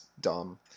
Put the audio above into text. dumb